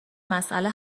مسئله